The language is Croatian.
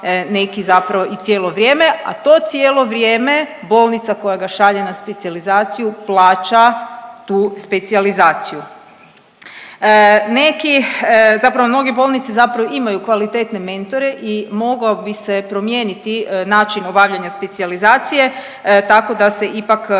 neki zapravo i cijelo vrijeme. A to cijelo vrijeme bolnica koja ga šalje na specijalizaciju plaća tu specijalizaciju. Neki, zapravo mnoge bolnice zapravo imaju kvalitetne mentore i mogao bi se promijeniti način obavljanja specijalizacije tako da se ipak